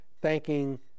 thanking